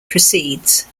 proceeds